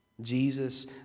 Jesus